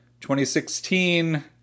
2016